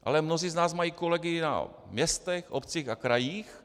Ale mnozí z nás mají kolegy na městech, obcích a krajích.